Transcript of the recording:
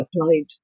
applied